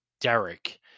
Derek